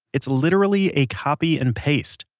it's literally a copy and paste.